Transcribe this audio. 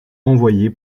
envoyé